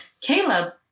Caleb